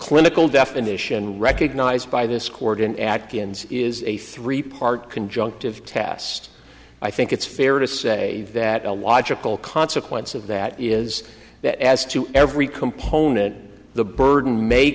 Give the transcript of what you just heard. clinical definition recognized by this court and act is a three part conjunctive test i think it's fair to say that a logical consequence of that is that as to every component the burden may